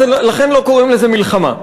אז לכן לא קוראים לזה מלחמה.